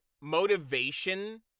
motivation